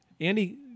Andy